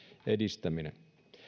edistäminen